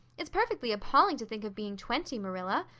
it's perfectly appalling to think of being twenty, marilla.